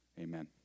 amen